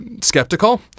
skeptical